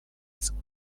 ازمون